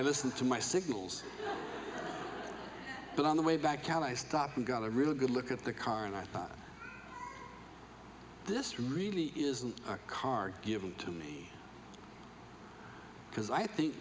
i listened to my signals but on the way back out i stopped and got a real good look at the car and i thought this really isn't a car given to me because i think